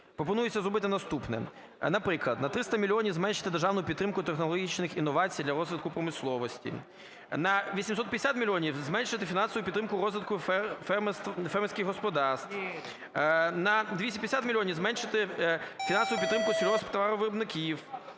пропонується зробити наступне. Наприклад, на 300 мільйонів зменшити державну підтримку технологічних інновацій для розвитку промисловості. На 850 мільйонів зменшити фінансову підтримку розвитку фермерських господарств. На 250 мільйонів зменшити фінансову підтримку сільгосптоваровиробників.